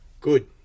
good